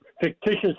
fictitious